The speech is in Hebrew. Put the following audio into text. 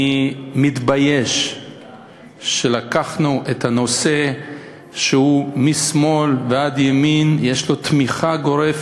אני מתבייש שלקחנו את הנושא שמשמאל ועד ימין יש לו תמיכה גורפת,